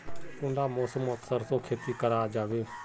कुंडा मौसम मोत सरसों खेती करा जाबे?